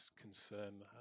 concern